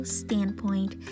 standpoint